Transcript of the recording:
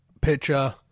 picture